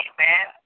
Amen